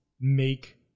make